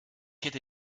hätte